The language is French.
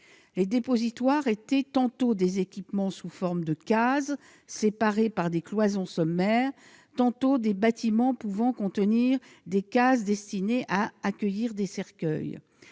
Les dépositoires étaient tantôt des équipements sous forme de cases séparées par des cloisons sommaires, tantôt des bâtiments pouvant contenir des cases destinées à accueillir les cercueils.